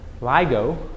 LIGO